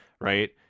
right